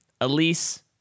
elise